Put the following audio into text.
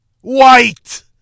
White